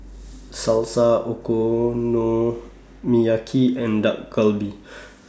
Salsa Okonomiyaki and Dak Galbi